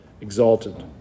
exalted